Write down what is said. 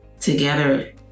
together